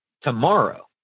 tomorrow